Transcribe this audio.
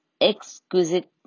exquisite